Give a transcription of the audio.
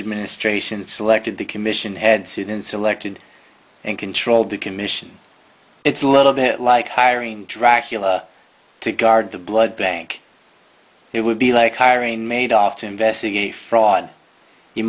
administration selected the commission had sued in selected and controlled the commission it's a little bit like hiring dracula to guard the blood bank it would be like hiring made off to investigate fraud you